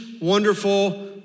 wonderful